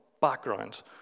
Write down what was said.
background